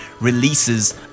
releases